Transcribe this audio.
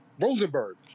Rosenberg